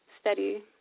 steady